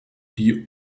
die